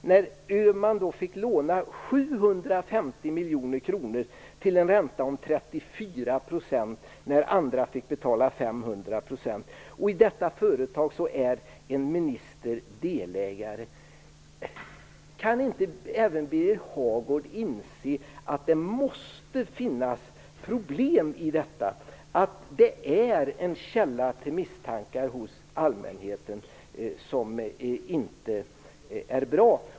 Öhmans fick låna 750 miljoner kronor till en ränta på 34 % när andra fick betala 500 %, och i detta företag är en minister delägare. Kan inte även Birger Hagård inse att det måste finnas problem i det, och att det är en källa till misstankar hos allmänheten som inte är bra?